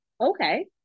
okay